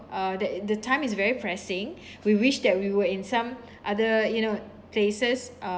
uh that the time is very pressing we wish that we were in some other you know places uh